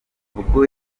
ubwo